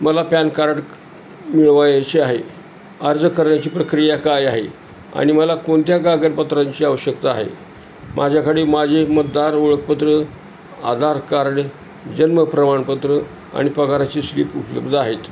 मला PAN card मिळवायचे आहे अर्ज करायची प्रक्रिया काय आहे आणि मला कोणत्या कागदपत्रांची आवश्यकता आहे माझ्याकडे माझे मतदार ओळखपत्र आधार कार्ड जन्म प्रमाणपत्र आणि पगाराची स्लिप उपलब्ध आहेत